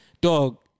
dog